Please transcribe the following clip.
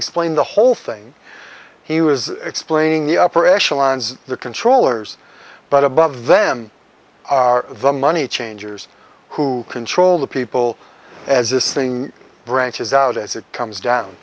explain the whole thing he was explaining the upper echelons of the controllers but above them are the money changers who control the people as this thing branches out as it comes down